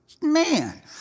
man